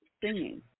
singing